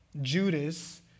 Judas